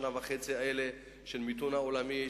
שנה וחצי של מיתון עולמי,